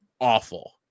awful